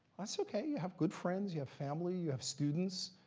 that's ok. you have good friends. you have family. you have students.